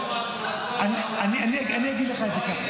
אולי נשתה משהו --- אני אגיד לך את זה ככה --- כל הכבוד,